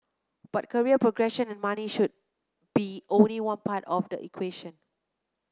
but career progression and money should be only one part of the equation